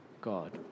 God